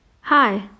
Hi